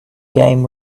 game